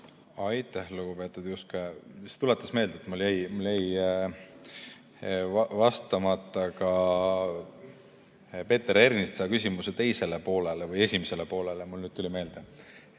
Aitäh, lugupeetud Juske! See tuletas mulle meelde, et mul jäi vastamata Peeter Ernitsa küsimuse teisele poolele või õigemini esimesele poolele. Mul nüüd tuli meelde,